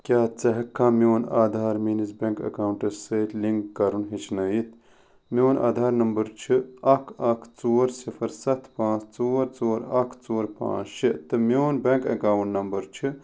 کیٛاہ ژٕ ہیٚکہِ کھا میٛون آدھار میٛٲنس بیٚنٛک ایٚکاونٛٹس سۭتۍ لِنٛک کرُن ہیٚچھنٲیِتھ میٛون آدھار نمبر چھُ اکھ اکھ ژور صفر ستھ پانٛژھ ژور ژور اکھ ژور پانٛژھ شےٚ تہٕ میٛون بیٚنٛک ایٚکاونٛٹ نمبر چھُ